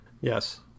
Yes